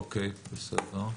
אוקיי, בסדר.